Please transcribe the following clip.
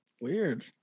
Weird